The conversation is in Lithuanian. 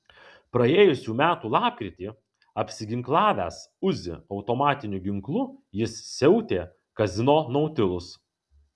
praėjusių metų lapkritį apsiginklavęs uzi automatiniu ginklu jis siautė kazino nautilus